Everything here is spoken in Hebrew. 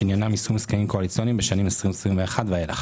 שעניינן יישום הסכמים קואליציוניים בשנים 2021 ואילך,